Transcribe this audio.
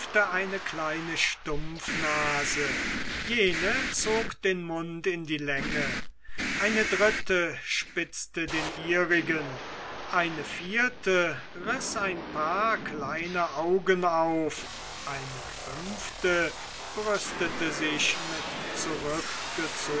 eine kleine stumpfnase jene zog den mund in die länge eine dritte spitzte den ihrigen der ohnehin groß genug war eine vierte riß ein paar kleine augen auf eine fünfte brüstete sich mit